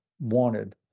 wanted